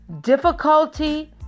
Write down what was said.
Difficulty